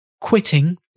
quitting